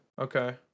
Okay